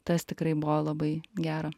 tas tikrai buvo labai gera